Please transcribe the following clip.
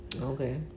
Okay